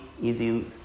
easy